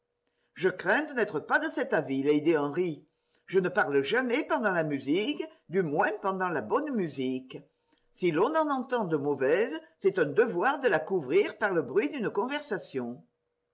je crains de n'être pas de cet avis lady henry je ne parle jamais pendant la musique du moins pendant la bonne musique si l'on en entend de mauvaise c'est un devoir de la couvrir par le bruit d'une conversation